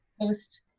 post